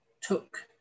took